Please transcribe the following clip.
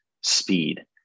speed